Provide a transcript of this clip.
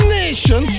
nation